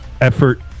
effort